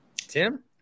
Tim